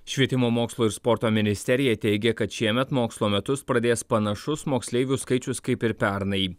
švietimo mokslo ir sporto ministerija teigia kad šiemet mokslo metus pradės panašus moksleivių skaičius kaip ir pernai